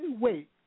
Wait